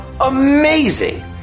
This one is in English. amazing